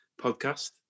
podcast